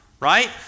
right